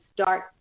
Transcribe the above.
start